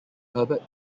herbert